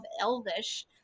Elvish